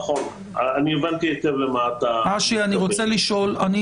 אני הבנתי היטב למה שאתה מתייחס.